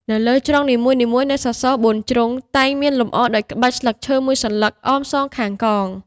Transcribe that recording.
នៅលើជ្រុងនីមួយៗនៃសសរ ៤ ជ្រុង តែងមានលម្អដោយក្បាច់ស្លឹកឈើមួយសន្លឹក អមសងខាងកង។